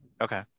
okay